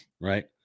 right